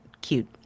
cute